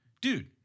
dude